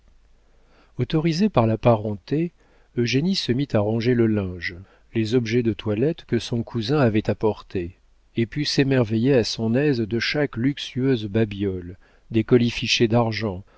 autorisée par la parenté eugénie se mit à ranger le linge les objets de toilette que son cousin avait apportés et put s'émerveiller à son aise de chaque luxueuse babiole des colifichets d'argent